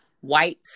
white